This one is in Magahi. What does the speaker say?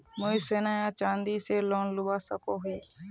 मुई सोना या चाँदी से लोन लुबा सकोहो ही?